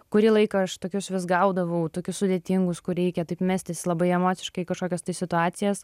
kurį laiką aš tokius vis gaudavau tokius sudėtingus kur reikia taip mestis labai emociškai kažkokias tai situacijas